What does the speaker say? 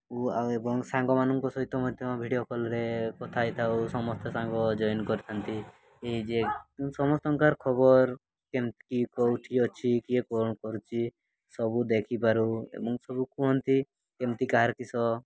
ଆଉ ଏବଂ ସାଙ୍ଗମାନଙ୍କ ସହିତ ମଧ୍ୟ ଭିଡ଼ିଓ କଲ୍ରେ କଥା ହୋଇଥାଉ ସମସ୍ତେ ସାଙ୍ଗ ଜଏନ୍ କରିଥାନ୍ତି ଏଇ ଯେ ସମସ୍ତଙ୍କ ଖବର ଯେମିତି କି କେଉଁଠି ଅଛି କିଏ କ'ଣ କରୁଛି ସବୁ ଦେଖିପାରୁ ଏବଂ ସବୁ କୁହନ୍ତି କେମିତି କାହାର କିସ